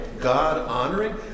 God-honoring